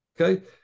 Okay